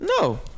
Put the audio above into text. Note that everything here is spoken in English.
No